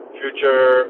future